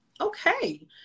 Okay